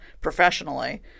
professionally